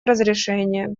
разрешения